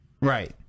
Right